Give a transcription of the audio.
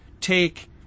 take